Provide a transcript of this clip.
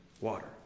water